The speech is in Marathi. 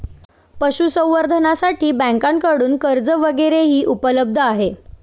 पशुसंवर्धनासाठी बँकांकडून कर्ज वगैरेही उपलब्ध आहे